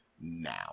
now